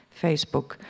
Facebook